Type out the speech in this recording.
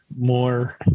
more